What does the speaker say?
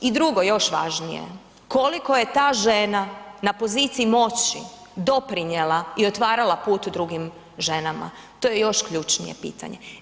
I drugo još važnije, koliko je ta žena na poziciji moći doprinijela i otvarala put drugim ženama, to je još ključnije pitanje?